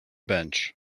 bench